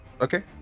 Okay